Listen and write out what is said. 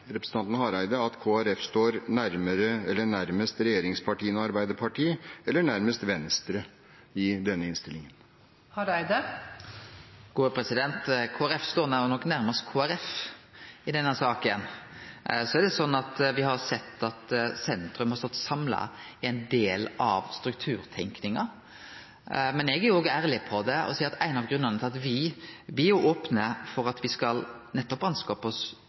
representanten Hareide at Kristelig Folkeparti står nærmest regjeringspartiene og Arbeiderpartiet eller nærmest Venstre i denne innstillingen? Kristeleg Folkeparti står nok nærast Kristeleg Folkeparti i denne saka. Så er det slik at me har sett at sentrum har stått samla i ein del av strukturtenkinga. Men eg er òg ærleg om det og seier at me er opne for at me skal skaffe oss